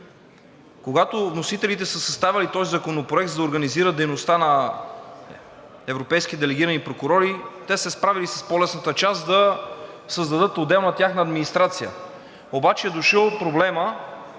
Когато вносителите са съставяли този законопроект, за да организират дейността на европейски делегирани прокурори, те са се справили с по-лесната част – да създадат отделна тяхна администрация. Обаче е дошъл проблемът